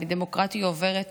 אבל דמוקרטיה עוברת